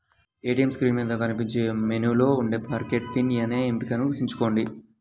ATM screen మీద కనిపించే మెనూలో ఉండే ఫర్గాట్ పిన్ అనే ఎంపికను ఎంచుకోండి